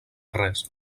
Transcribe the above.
res